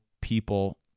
people